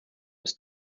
was